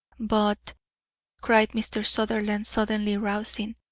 but cried mr. sutherland, suddenly rousing,